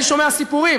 אני שומע סיפורים,